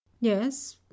Yes